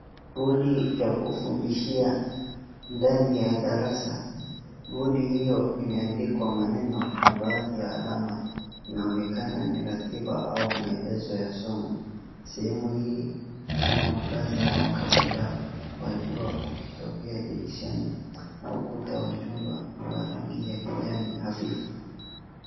Bodi ya kufundishia ndani ya darasa. Bodi hiyo imeandikwa maneno na baadhi ya alama, inaonekana ni ratiba au maelezo ya somo. Sehemu hii ina mwangaza wa kawaida wa jua ukitokea dirishani, na ukuta wa chumba ni wa rangi ya kijani hafifu.